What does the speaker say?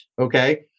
Okay